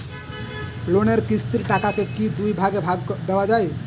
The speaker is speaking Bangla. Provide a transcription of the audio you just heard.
লোনের কিস্তির টাকাকে কি দুই ভাগে দেওয়া যায়?